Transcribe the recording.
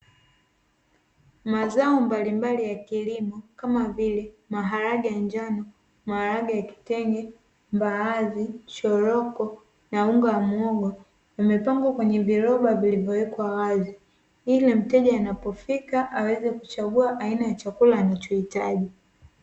Mazao mbalimbali ya kilimo, kama vile maharage ya njano, maharage ya kitenge, mbaazi, choroko, na unga wa muhogo, umepangwa kwenye viroba vilivyowekwa wazi, ili mteja anapofika aweze kuchagua aina ya chakula anachohitaji.